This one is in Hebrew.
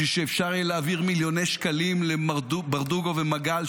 בשביל שאפשר יהיה להעביר מיליוני שקלים לברדוגו ומגל,